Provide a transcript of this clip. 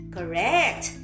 Correct